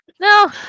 No